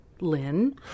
lynn